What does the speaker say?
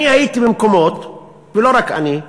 הייתי במקומות, ולא רק אני,